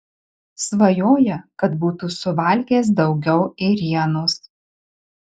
svajoja kad būtų suvalgęs daugiau ėrienos